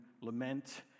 lament